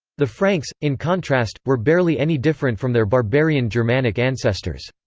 the franks, in contrast, were barely any different from their barbarian germanic ancestors.